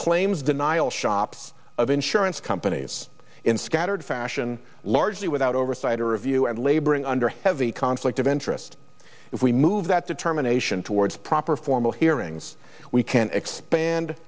claims denial shops of insurance companies in scattered fashion largely without oversight or review and laboring under heavy conflict of interest if we move that determination towards proper formal hearings we can expand